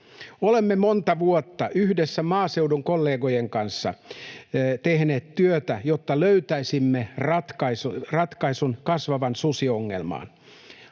Olemme monta vuotta yhdessä maaseudun kollegojen kanssa tehneet työtä, jotta löytäisimme ratkaisun kasvavaan susiongelmaan.